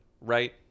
right